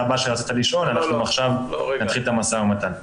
הבאה שרצית לשאול אנחנו עכשיו נתחיל את המשא ומתן.